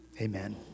Amen